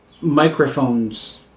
microphones